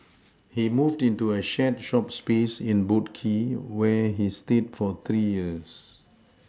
he moved into a shared shop space in boat Quay where he stayed for three years